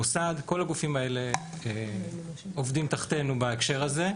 מוסד כל הגופים האלה עובדים תחתינו בהקשר הזה.